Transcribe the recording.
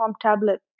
tablet